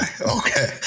Okay